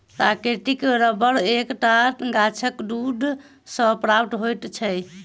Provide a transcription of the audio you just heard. प्राकृतिक रबर एक टा गाछक दूध सॅ प्राप्त होइत छै